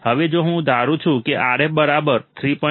હવે જો હું ધારું છું કે Rf બરાબર 3